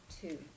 two